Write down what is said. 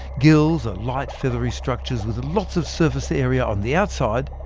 gills are light feathery structures with lots of surface area on the outside,